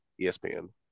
ESPN